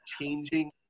changing